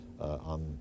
on